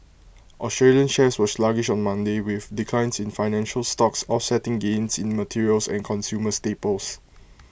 Australian shares were sluggish on Monday with declines in financial stocks offsetting gains in materials and consumer staples